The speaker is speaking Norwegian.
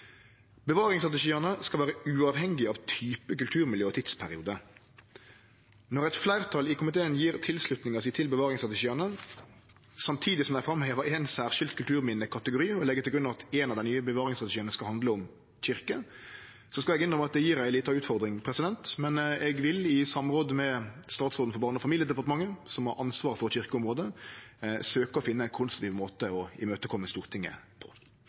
skal vere uavhengige av type kulturmiljø og tidsperiode. Når eit fleirtal i komiteen gjev tilslutning til bevaringsstrategiane, samtidig som dei framhevar éin særskild kulturminnekategori og legg til grunn at ein av dei nye bevaringsstrategiane skal handle om kyrkjer, skal eg innrømme at det gjev ei lita utfordring, men eg vil i samråd med statsråden for Barne- og familiedepartementet, som har ansvar for kyrkjeområdet, søkje å finne ein konstruktiv måte å imøtekome Stortinget på.